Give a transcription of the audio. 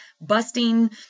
busting